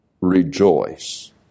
rejoice